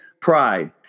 pride